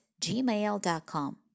gmail.com